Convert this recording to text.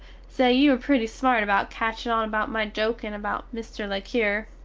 say you were pretty smart about catching on about my jokin about mr. le cure.